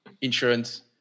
insurance